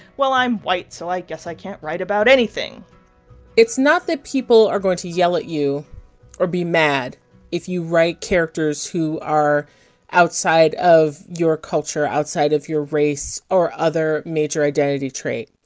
well, i'm white, so i guess i can't write about anything it's not that people are going to yell at you or be mad if you write characters who are outside of your culture, outside of your race or other major identity trait.